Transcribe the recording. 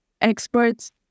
experts